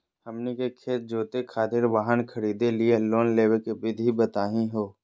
हमनी के खेत जोते खातीर वाहन खरीदे लिये लोन लेवे के विधि बताही हो?